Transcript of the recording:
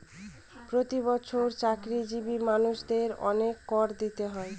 প্রতি বছর চাকরিজীবী মানুষদের অনেক কর দিতে হয়